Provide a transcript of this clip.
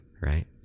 right